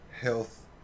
health